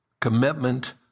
commitment